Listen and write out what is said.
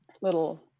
little